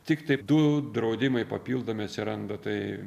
tiktai du draudimai papildomi atsiranda tai